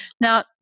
Now